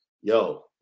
yo